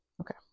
Okay